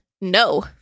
no